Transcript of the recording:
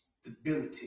stability